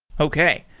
okay.